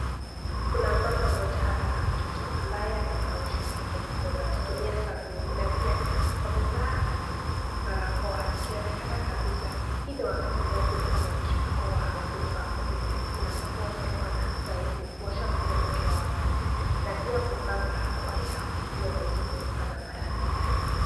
Kuna mama mmoja hapa na mtoto ambaye anamnawisha mtoto mikono akitumia sabuni. Na pia wamevaa barakoa ikionekana kabisa hii ni wakati ambao kulikuwa na mchipuko wa ugonjwa wa Covid-19 ambapo watu walikuwa wanastahili kuosha mikono kila wakati na pia kuvaa barakoa yao ili waweze kuhepuka na maradhi haya.